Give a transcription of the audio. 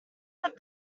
that